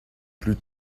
plus